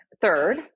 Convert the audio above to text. third